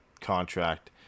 contract